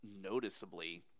noticeably